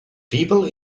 people